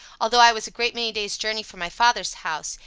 although i was a great many days journey from my father's house,